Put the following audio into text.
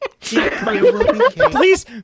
Please